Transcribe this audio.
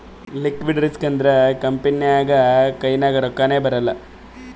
liquidity risk ಅಂದುರ್ company ನಾಗ್ ಕೈನಾಗ್ ರೊಕ್ಕಾನೇ ಬರಲ್ಲ